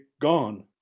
gone